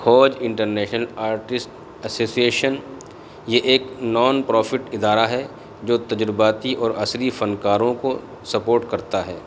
کھوج international artist association یہ ایک نان پرافٹ ادارہ ہے جو تجرباتی اور عصری فنکاروں کو سپورٹ کرتا ہے